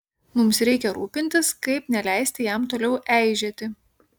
mums reikia rūpintis kaip neleisti jam toliau eižėti